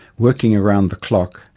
working around the clock,